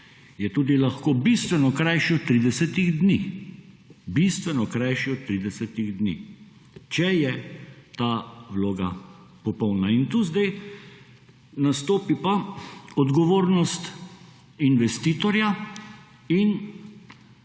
od 30 dni. Bistveno krajši od 30 dni, če je ta vloga popolna. Tu zdaj nastopi pa odgovornost investitorja in